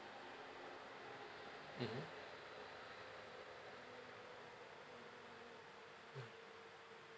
mmhmm